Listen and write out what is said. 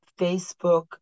Facebook